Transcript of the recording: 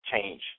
change